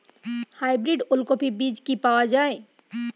Hybrid ওলকফি বীজ কি পাওয়া য়ায়?